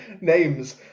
names